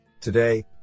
Today